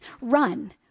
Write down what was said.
run